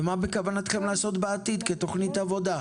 ומה בכוונתכם לעשות בעתיד כתוכנית עבודה.